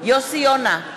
יוסי יונה,